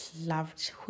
loved